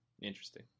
Interesting